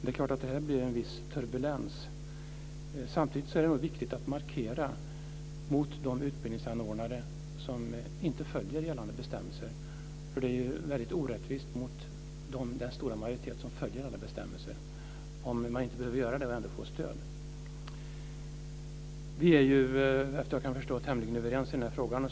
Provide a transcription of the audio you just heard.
Det är klart att det här blir en viss turbulens. Samtidigt är det viktigt att markera mot de utbildningsanordnare som inte följer gällande bestämmelser. Det är väldigt orättvist mot den stora majoritet som följer alla bestämmelser om man inte behöver göra det och ändå kan få stöd. Vi är vad jag kan förstå tämligen överens i den här frågan.